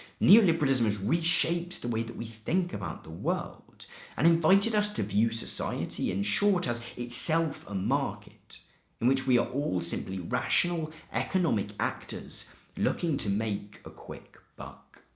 neoliberalism has reshaped the way that we think about the world and invited us to view society, in short, as itself ah market in which we are all simply rational economic actors looking to make a quick buck.